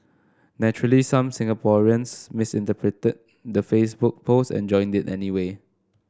naturally some Singaporeans misinterpreted the Facebook post and joined it anyway